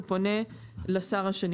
הוא פונה לשר השני,